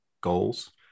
goals